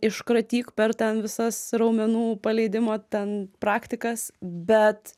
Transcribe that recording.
iškratyk per ten visas raumenų paleidimo ten praktikas bet